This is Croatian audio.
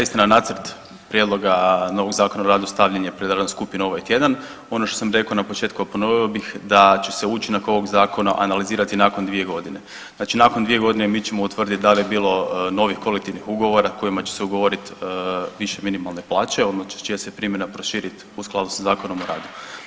Istina, nacrt prijedloga novog Zakona o radu stavljen je pred radnu skupinu ovaj tjedan, ono što sam rekao na početku, a ponovio bih da će se učinak ovog Zakona analizirati nakon 2 godine, znači nakon 2 godine mi ćemo utvrditi da li je bilo novih kolektivnih ugovora kojima će se ugovoriti više minimalne plaće, odnosno čija će se primjena proširiti u skladu sa Zakonom o radu.